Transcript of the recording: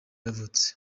yavutse